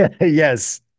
Yes